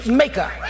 maker